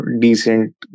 decent